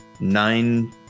nine